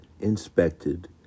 inspected